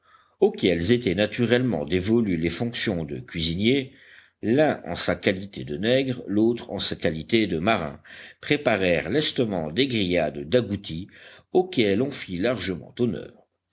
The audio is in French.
auxquels étaient naturellement dévolues les fonctions de cuisiniers l'un en sa qualité de nègre l'autre en sa qualité de marin préparèrent lestement des grillades d'agoutis auxquelles on fit largement honneur